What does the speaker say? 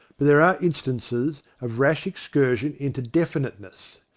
but there are instances of rash excursion into definite ness.